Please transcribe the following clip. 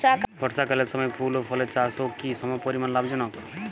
বর্ষাকালের সময় ফুল ও ফলের চাষও কি সমপরিমাণ লাভজনক?